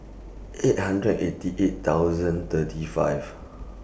eight hundred eighty eight thousand thirty five